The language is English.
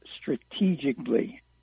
strategically